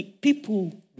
people